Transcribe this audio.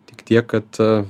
tik tiek kad